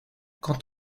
quant